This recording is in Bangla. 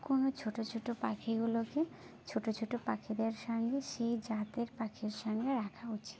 কোনো ছোট ছোট পাখিগুলোকে ছোট ছোট পাখিদের সঙ্গে সেই জাতের পাখির সঙ্গে রাখা উচিত